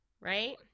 Right